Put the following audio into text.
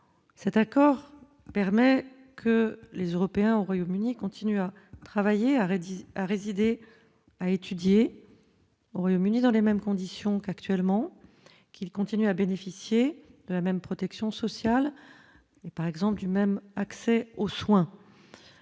cet accord permet que les Européens au Royaume-Uni continue à travailler, a redit à résider à étudier au Royaume-Uni dans les mêmes conditions qu'actuellement, qu'ils continuent à bénéficier de la même protection sociale mais par exemple du même accès aux soins,